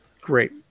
great